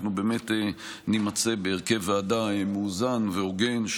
אנחנו באמת נימצא בהרכב ועדה מאוזן והוגן,